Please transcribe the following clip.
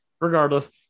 regardless